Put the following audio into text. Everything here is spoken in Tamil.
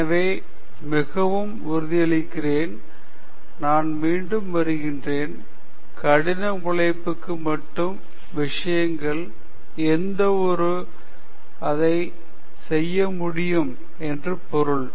எனவே மிகவும் உறுதியளிக்கிறேன் நான் மீண்டும் வருகிறேன் கடின உழைப்பு மட்டும் விஷயங்கள் எந்த ஒரு அதை செய்ய முடியும் என்று பொருள்